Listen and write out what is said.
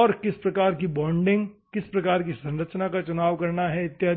और किस प्रकार की बॉन्डिंग किस प्रकार की संरचना है का चुनाव करना है इत्यादि